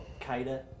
Kaida